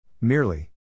Merely